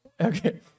okay